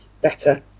better